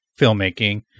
filmmaking